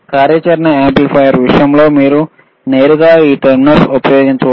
operational యాంప్లిఫైయర్ల విషయంలో మీరు నేరుగా ఈ టెర్మినల్స్ ఉపయోగించవచ్చు